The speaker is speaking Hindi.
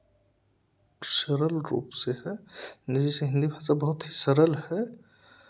सरल रूप से है जैसे हिंदी भाषा बहुत सरल है